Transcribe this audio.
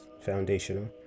foundational